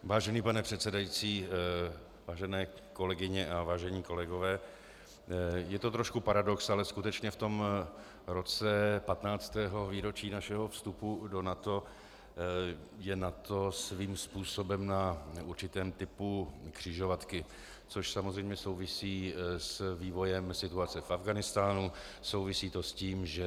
Vážený pane předsedající, vážené kolegyně a vážení kolegové, je to trošku paradox, ale skutečně v roce 15. výročí našeho vstupu do NATO je NATO svým způsobem na určitém typu křižovatky, což samozřejmě souvisí s vývojem situace v Afghánistánu, souvisí to s tím, že